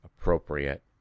appropriate